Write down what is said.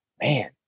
man